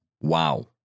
Wow